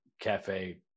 cafe